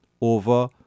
over